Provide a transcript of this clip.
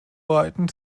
uralten